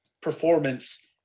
performance